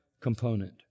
component